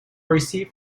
receipt